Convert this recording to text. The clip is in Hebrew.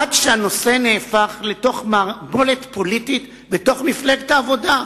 עד שהנושא נהפך לתוך מערבולת פוליטית בתוך מפלגת העבודה.